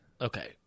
Okay